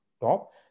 top